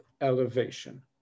elevation